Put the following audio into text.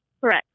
Correct